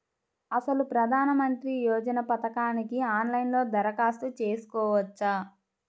అసలు ప్రధాన మంత్రి యోజన పథకానికి ఆన్లైన్లో దరఖాస్తు చేసుకోవచ్చా?